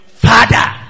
Father